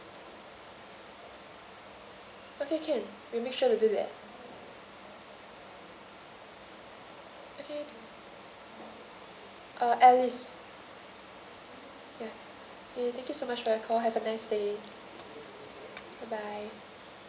okay can we'll make sure to do that okay uh alice ya okay thank you so much for your call have a nice day bye bye